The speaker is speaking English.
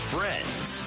Friends